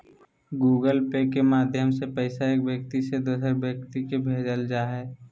Google pay के माध्यम से पैसा एक व्यक्ति से दोसर व्यक्ति के भेजल जा हय